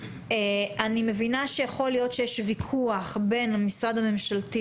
אני מבינה שיכול להיות שיש ויכוח בין המשרד הממשלתי